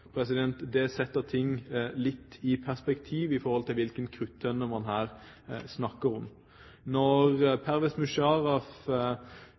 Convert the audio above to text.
Det setter ting litt i perspektiv når det gjelder hvilken kruttønne man her snakker om. Når